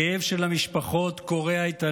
הכאב של המשפחות קורע את הלב,